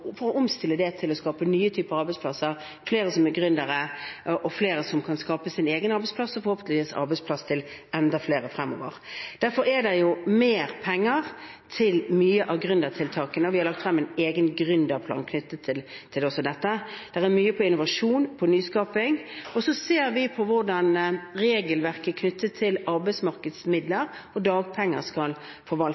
skape sine egne arbeidsplasser og forhåpentligvis arbeidsplasser til enda flere fremover. Derfor er det mer penger til mange av gründertiltakene, og vi har også lagt frem en egen gründerplan. Der er mye til innovasjon, til nyskaping. Og så ser vi på hvordan regelverket knyttet til arbeidsmarkedsmidler og dagpenger skal